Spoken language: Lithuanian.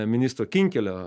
ministro kinkelio